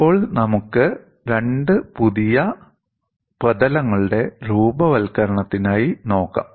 ഇപ്പോൾ നമുക്ക് രണ്ട് പുതിയ പ്രതലങ്ങളുടെ രൂപവത്കരണത്തിനായി നോക്കാം